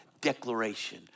declaration